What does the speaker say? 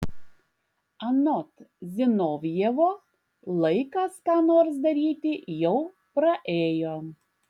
anot zinovjevo laikas ką nors daryti jau praėjo